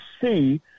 see